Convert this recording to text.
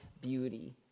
beauty